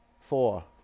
four